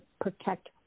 protect